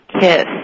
kiss